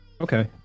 Okay